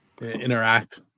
interact